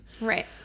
right